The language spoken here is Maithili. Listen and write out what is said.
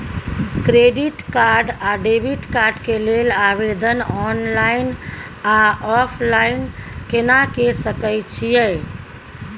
क्रेडिट कार्ड आ डेबिट कार्ड के लेल आवेदन ऑनलाइन आ ऑफलाइन केना के सकय छियै?